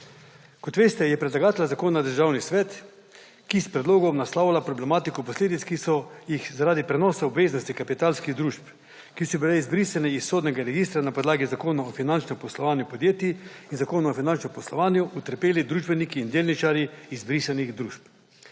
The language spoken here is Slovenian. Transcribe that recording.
Kot veste, je predlagatelj zakona Državni svet, ki s predlogom naslavlja problematiko posledic, ki so jih zaradi prenosa obveznosti kapitalskih družb, ki so bile izbrisane iz sodnega registra na podlagi Zakona o finančnem poslovanju podjetij in Zakona o finančnem poslovanju, postopkih zaradi insolventnosti in prisilnem